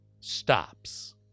stops